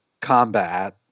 combat